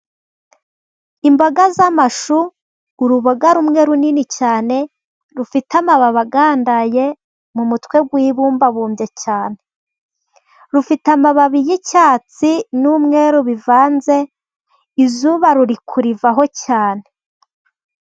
Imboga z'amashu, uruboga rumwe runini cyane, rufite amababi agandaye mu mutwe rwibumbabumbye cyane, rufite amababi y’icyatsi n’umweru bivanze, izuba ruri kurivaho cyane.